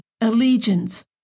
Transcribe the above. allegiance